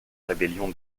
rébellion